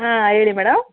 ಆಂ ಹೇಳಿ ಮೇಡಮ್